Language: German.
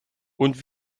und